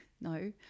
No